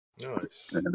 Nice